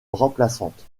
remplaçante